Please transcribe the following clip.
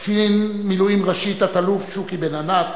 קצין מילואים ראשי תת-אלוף שוקי בן-ענת,